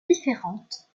différentes